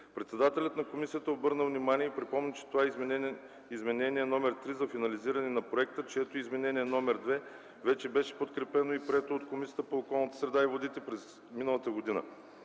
Председателят на комисията обърна внимание и припомни, че това е Изменение № 3 за финализиране на проекта, чието Изменение № 2 вече беше подкрепено и прието от Комисията по околната среда и водите през миналата година.